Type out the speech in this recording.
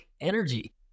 energy